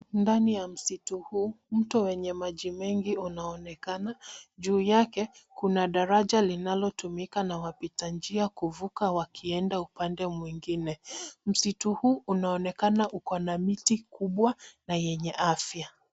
Ndani ya msitu huu, mto wenye maji mengi unaonekana. Juu yake kuna daraja linalotumika na wapitanjia kuvuka wakienda upande mwingine. Msitu huu unaonekana ukona miti kubwa na yenye afya.